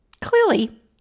Clearly